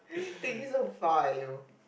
thinking so far eh you